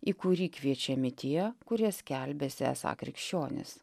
į kurį kviečiami tie kurie skelbėsi esą krikščionys